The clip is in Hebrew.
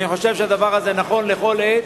אני חושב שהדבר הזה נכון לכל עת,